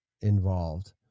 involved